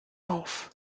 auf